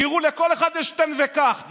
תראו, לכל אחד יש תן וקח.